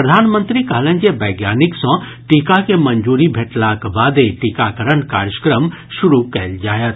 प्रधानमंत्री कहलनि जे वैज्ञानिक सँ टीका के मंजूरी भेटलाक बादे टीकाकरण कार्यक्रम शुरू कयल जायत